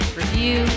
review